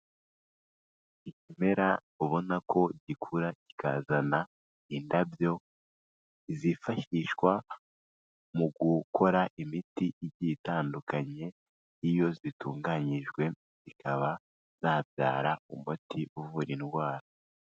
Ikimera ubona ko gikura kikazana indabyo zifashishwa mu gukora imiti igiye itandukanye, iyo zitunganyijwe zikaba zabyara umuti uvura indwara.